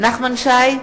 נחמן שי,